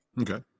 Okay